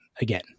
again